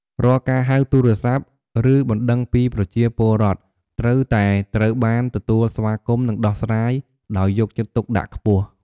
រាល់ការហៅទូរស័ព្ទ ឬបណ្តឹងពីប្រជាពលរដ្ឋ ត្រូវតែត្រូវបាន ទទួលស្វាគមន៍ និងដោះស្រាយដោយយកចិត្តទុកដាក់ខ្ពស់។